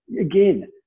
again